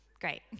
Great